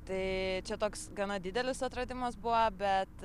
tai čia toks gana didelis atradimas buvo bet